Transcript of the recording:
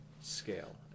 scale